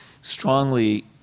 strongly